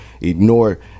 ignore